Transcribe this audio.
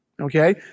okay